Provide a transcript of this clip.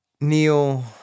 Neil